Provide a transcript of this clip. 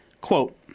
Quote